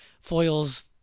foils